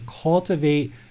cultivate